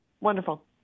Wonderful